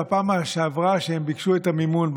בפעם שעברה שהם ביקשו את המימון,